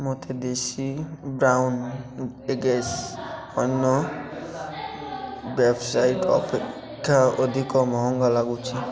ମୋତେ ଦେଶୀ brown eggs ଅନ୍ୟ ୱେବ୍ସାଇଟ୍ ଅପେକ୍ଷା ଅଧିକ ମହଙ୍ଗା ଲାଗୁଛି